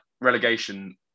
relegation